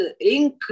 ink